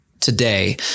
today